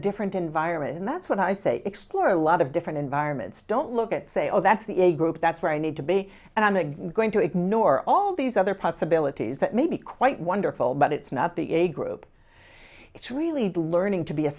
different environment and that's what i say explore a lot of different environments don't look at say oh that's the a group that's where i need to be and i'm not going to ignore all these other possibilities that may be quite wonderful but it's not the a group it's really learning to be a